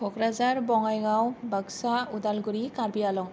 Kokrajhar Bongaigaon Baksa Udalguri Karbi Anglong